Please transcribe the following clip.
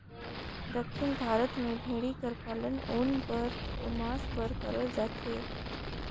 दक्खिन भारत में भेंड़ी कर पालन ऊन बर अउ मांस बर करल जाथे